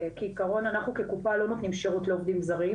כעקרון אנחנו כקופה לא נותנים שירות לעובדים זרים,